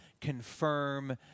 confirm